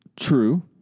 True